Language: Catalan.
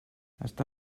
està